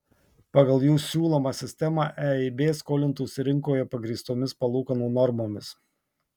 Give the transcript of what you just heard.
pagal jų siūlomą sistemą eib skolintųsi rinkoje pagrįstomis palūkanų normomis